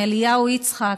אליהו יצחק,